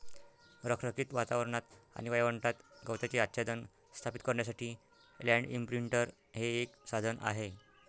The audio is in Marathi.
रखरखीत वातावरणात आणि वाळवंटात गवताचे आच्छादन स्थापित करण्यासाठी लँड इंप्रिंटर हे एक साधन आहे